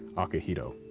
akihito?